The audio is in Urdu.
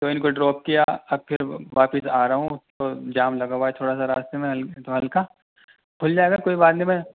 تو اِن کو ڈراپ کیا اب پھر واپس آ رہا ہوں تو جام لگا ہُوا ہے تھوڑا سا راستے میں ہلکا کُھل جائے گا کوئی بات نہیں میں